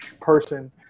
person